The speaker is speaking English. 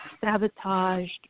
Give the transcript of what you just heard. sabotaged